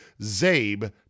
ZABE